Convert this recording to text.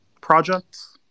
projects